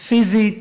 פיזית,